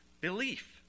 belief